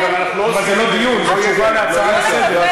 אבל זה לא דיון, זה תשובה על הצעה לסדר-היום.